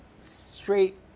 straight